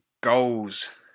goals